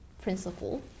principle